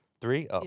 Three